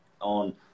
on